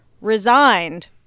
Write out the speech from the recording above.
resigned